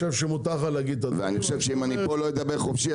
ואני חושב שאם פה אני לא אדבר חופשי,